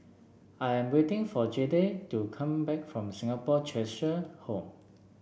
I am waiting for Jayde to come back from Singapore Cheshire Home